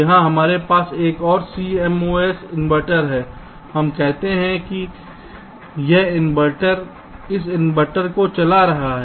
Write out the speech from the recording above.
यहाँ हमारे पास एक और CMOS इन्वर्टर है हम कहते हैं कि यह इन्वर्टर इस इन्वर्टर को चला रहा है